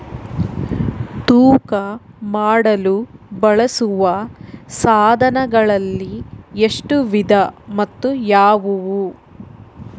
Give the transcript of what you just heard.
ತೂಕ ಮಾಡಲು ಬಳಸುವ ಸಾಧನಗಳಲ್ಲಿ ಎಷ್ಟು ವಿಧ ಮತ್ತು ಯಾವುವು?